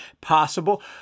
possible